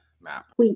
map